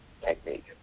technique